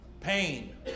pain